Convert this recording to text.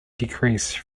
decrease